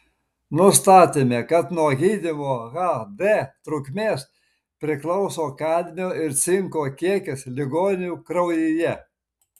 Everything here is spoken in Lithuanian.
nustatėme kad nuo gydymo hd trukmės priklauso kadmio ir cinko kiekis ligonių kraujyje